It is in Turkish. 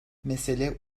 mesele